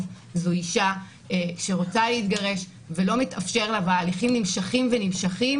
זו אישה שרוצה להתגרש ולא מתאפשר לה וההליכים נמשכים ונמשכים